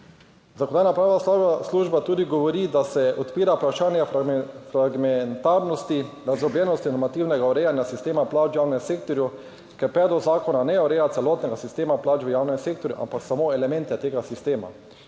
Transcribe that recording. Zakonodajno-pravna služba tudi govori, da se odpira vprašanje fragmentarnosti, razdrobljenosti normativnega urejanja sistema plač v javnem sektorju, ker predlog zakona ne ureja celotnega sistema plač v javnem sektorju ampak samo elemente tega sistema;